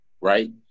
right